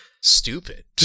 stupid